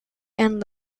and